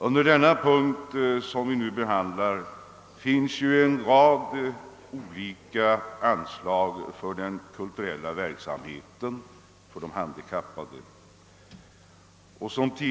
Under den punkt som vi nu behandlar har upptagits en rad olika anslag till den kulturella verksamheten för de handikappade.